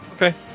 Okay